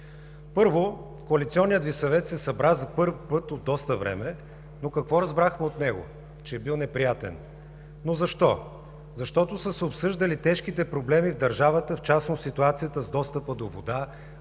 съвет се събра за пръв път от доста време. Но какво разбрахме от него? Че е бил неприятен. Но защо? Защото са се обсъждали тежките проблеми в държавата, в частност ситуацията с достъпа до вода,